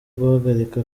guhagarika